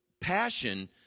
passion